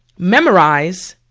memorize,